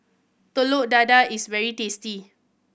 Telur Dadah is very tasty